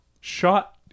Shot